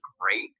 great